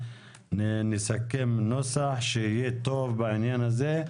נסכם נוסח שיהיה טוב בעניין הזה.